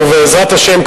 ובעזרת השם,